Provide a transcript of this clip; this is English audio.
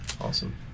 Awesome